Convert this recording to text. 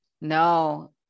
No